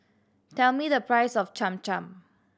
tell me the price of Cham Cham